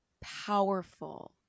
powerful